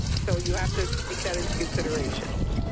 so you have to take that into consideration.